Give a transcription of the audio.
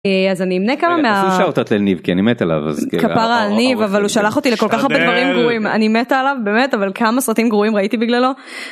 אז אני אמנה כמה מה... כי אני מת עליו כפרה על ניב אבל הוא שלח אותי לכל כך הרבה דברים גרועים אני מתה עליו באמת אבל כמה סרטים גרועים ראיתי בגללו.